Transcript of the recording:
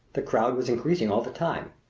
the crowd was increasing all the time.